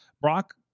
Brock